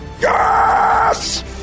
Yes